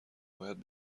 باید